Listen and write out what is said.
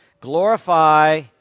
Glorify